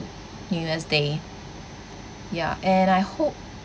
new year's day ya and I hope